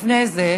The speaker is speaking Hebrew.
אבל דקה לפני זה: